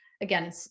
again